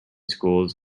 schools